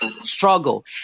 struggle